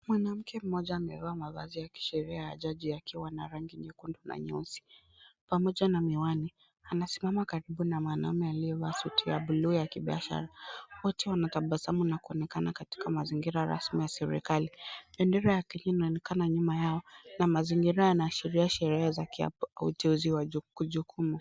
Mwanamke mmoja amevaa mavazi ya kisheria ya jaji yakiwa na rangi nyekundu na nyeusi, pamoja na miwani. Anasimama karibu na mwanaume aliyevaa suti ya buluu ya kibiashara. Wote wanatabasamu na kuonekana katika mazingira rasmi ya serikari. Bendera ya Kenya inaonekana nyuma yao na mazingira yanaashiria sherehe za kiapo au uteuzi wa jukumu.